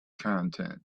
content